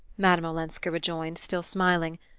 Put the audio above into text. madame olenska rejoined, still smiling,